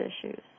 issues